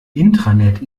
intranet